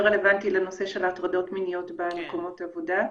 רלוונטי לנושא של הטרדות מיניות במקומות עבודה.